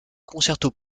concertos